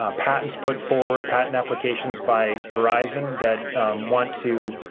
ah patents put forward, patent applications by verizon that want to,